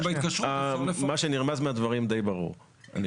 אני חושב שמה שנרמז מהדברים די ברור.